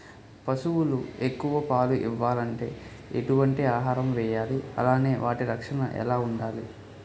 పశువులు ఎక్కువ పాలు ఇవ్వాలంటే ఎటు వంటి ఆహారం వేయాలి అలానే వాటి రక్షణ ఎలా వుండాలి?